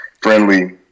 friendly